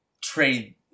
trade